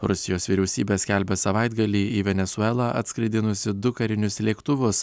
rusijos vyriausybė skelbia savaitgalį į venesuelą atskraidinusi du karinius lėktuvus